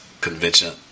convention